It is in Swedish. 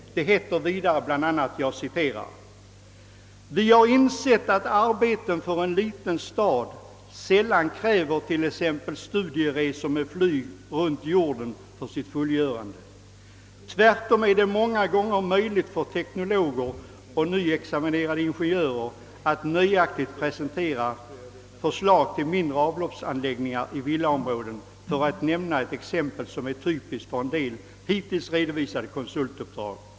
Det heter vidare bl.a.: » Vi har insett, att arbeten för en liten stad sällan kräver t.ex. studieresor med flyg runt jorden för sitt fullgörande. Tvärtom är det många gånger möjligt för teknologer och nyutexaminerade ingenjörer att nöjaktigt prestera förslag till mindre avloppsanläggningar i villaområden -— för att nämna ett exempel som är typiskt för en del hittills redovisade konsultuppdrag.